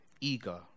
eager